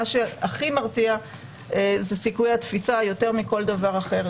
מה שהכי מרתיע זה סיכוי התפיסה יותר מכל דבר אחר,